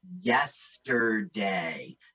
yesterday